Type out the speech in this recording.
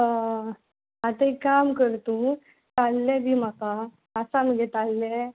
हय आतां एक काम कर तूं ताल्ले दी म्हाका आसा मगे ताल्ले